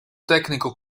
tecnico